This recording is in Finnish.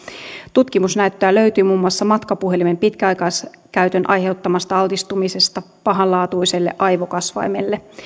tutkimusnäyttöä löytyi muun muassa matkapuhelimen pitkäaikaiskäytön aiheuttamasta altistumisesta pahanlaatuiselle aivokasvaimelle